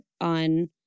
on